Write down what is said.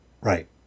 Right